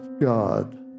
God